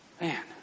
man